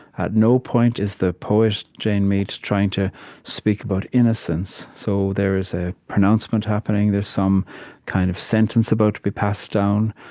at no point is the poet, jane mead, trying to speak about innocence. so there is a pronouncement happening. there's some kind of sentence about to be passed down.